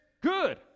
Good